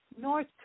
North